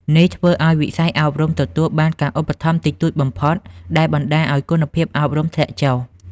នេះធ្វើឱ្យវិស័យអប់រំទទួលបានការឧបត្ថម្ភតិចតួចបំផុត ដែលបណ្តាលឱ្យគុណភាពអប់រំធ្លាក់ចុះ។